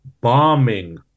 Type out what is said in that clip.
bombing